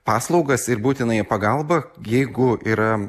paslaugas ir būtinąją pagalbą jeigu yra